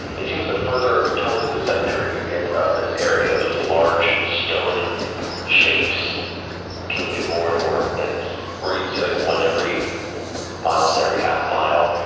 it seems the further toward the center you get of this area, those large stone shapes can get more and more dense. where you'd see like one every mile to every half mile,